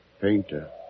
painter